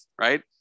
right